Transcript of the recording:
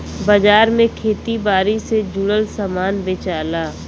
बाजार में खेती बारी से जुड़ल सामान बेचला